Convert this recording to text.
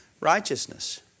righteousness